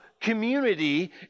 community